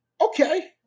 Okay